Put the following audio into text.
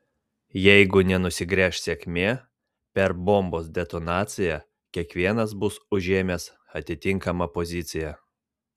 jeigu nenusigręš sėkmė per bombos detonaciją kiekvienas bus užėmęs atitinkamą poziciją